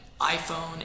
iPhone